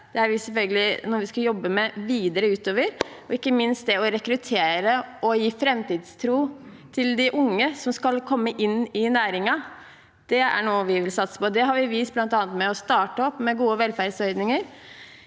noe vi skal jobbe med videre utover. Ikke minst er det å rekruttere og gi framtidstro til de unge som skal komme inn i næringen, noe vi vil satse på, og det har vi vist bl.a. ved å starte opp med gode velferdsordninger.